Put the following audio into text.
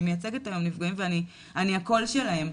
אני מייצגת היום נפגעים ואני הקול שלהם.